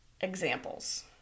examples